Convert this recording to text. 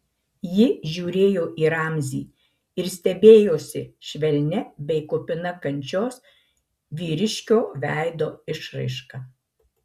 ji žiūrėjo į ramzį ir stebėjosi švelnia bei kupina kančios vyriškio veido išraiška